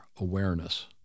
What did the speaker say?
awareness